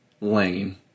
Lane